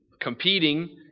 competing